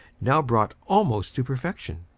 now brought almost to perfection.